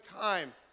time